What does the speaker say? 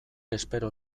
espero